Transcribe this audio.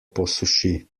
posuši